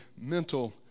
mental